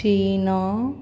China